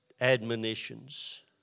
admonitions